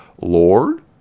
Lord